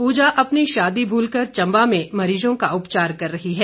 पूजा अपनी शादी भूलकर चंबा में मरीजों का उपचार कर रही है